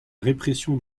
répression